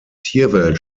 tierwelt